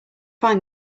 find